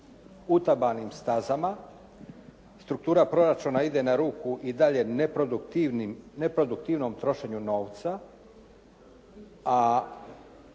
utabanim stazama. Struktura proračuna ide na ruku i dalje neproduktivnim, neproduktivnom